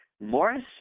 Morris